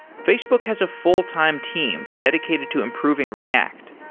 facebook has a full-time team dedicated to improving react.